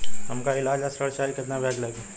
हमका ईलाज ला ऋण चाही केतना ब्याज लागी?